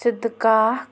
سِدٕ کاک